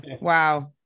Wow